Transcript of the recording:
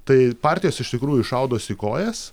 tai partijos iš tikrųjų šaudos į kojas